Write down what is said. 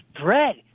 bread